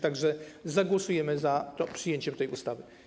Tak więc zagłosujemy za przyjęciem tej ustawy.